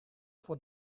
for